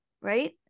right